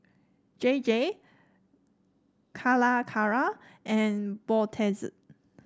J J Calacara and Brotzeit